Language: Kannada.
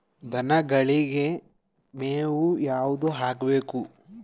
ದನಗಳಿಗೆ ಮೇವು ಯಾವುದು ಹಾಕ್ಬೇಕು?